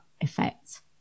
effect